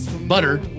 butter